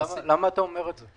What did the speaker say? למה אתה אומר את זה?